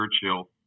Churchill